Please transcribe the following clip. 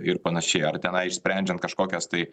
ir panašiai ar tenai išsprendžiant kažkokias tai